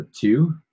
two